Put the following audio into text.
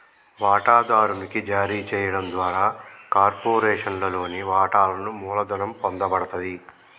వాటాదారునికి జారీ చేయడం ద్వారా కార్పొరేషన్లోని వాటాలను మూలధనం పొందబడతది